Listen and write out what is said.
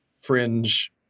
fringe